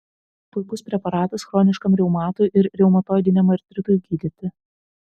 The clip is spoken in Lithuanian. puikus preparatas chroniškam reumatui ir reumatoidiniam artritui gydyti